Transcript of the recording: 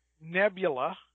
Nebula